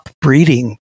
breeding